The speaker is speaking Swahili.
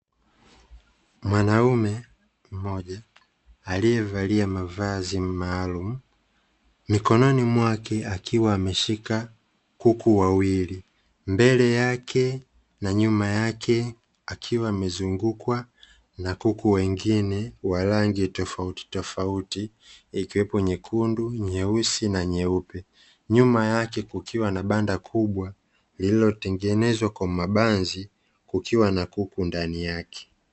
Mwanaume mmoja aliyevalia mavazi maalumu mikononi mwake akiwa ameshika kuku wawili mbele yake na nyuma yake akiwa amezungukwa na kuku wengine wa rangi tofautitofauti ikiwepo nyekundu, nyeusi na nyeupe, nyuma yake kukiwa na banda kubwa lililo tengenezwa kwa mabanzi kukiwa na kuku ndani yake.